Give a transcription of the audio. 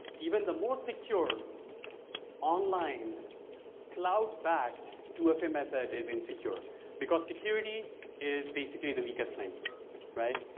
even the most secure online cloud backed two fa method is insecure because security is basically the weakest link right?